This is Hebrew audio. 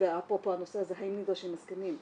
ואפרופו הנושא הזה האם נדרשים הסכמים?